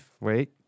wait